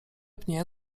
pnie